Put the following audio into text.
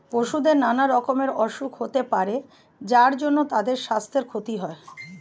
পশুদের নানা রকমের অসুখ হতে পারে যার জন্যে তাদের সাস্থের ক্ষতি হয়